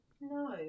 no